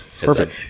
Perfect